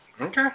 Okay